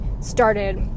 started